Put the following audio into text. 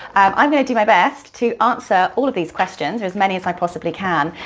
i'm going to do my best to answer all of these questions, as many as i possibly can,